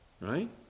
right